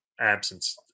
absence